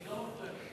אתה לא מפריע לי.